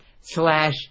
slash